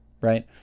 right